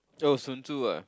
oh Sun Tzu ah